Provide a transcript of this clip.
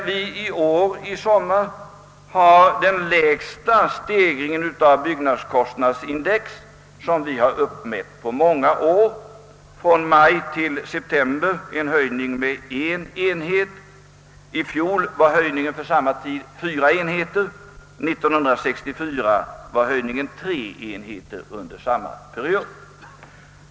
Vi har i somras haft den lägsta stegringen av byggnadskostnadsindex som uppmätts på många år. Från maj till september var det en höjning med en enhet. I fjol var höjningen för samma period fyra enheter, och 1964 var den tre enheter.